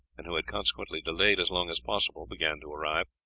and who had consequently delayed as long as possible, began to arrive.